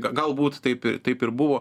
galbūt taip ir taip ir buvo